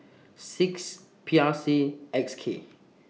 six P R C X K